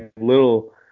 little